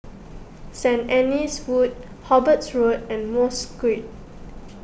Saint Anne's Wood Hobarts Road and Mosque